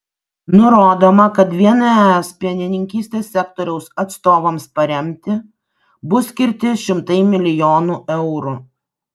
nurodoma kad vien es pienininkystės sektoriaus atstovams paremti bus skirti šimtai milijonų eurų